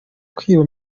kwiba